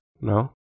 No